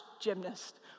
gymnast